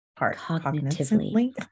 Cognitively